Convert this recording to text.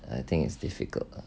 I think it's difficult ah